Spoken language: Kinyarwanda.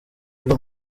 biba